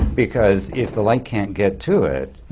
because if the light can't get to it,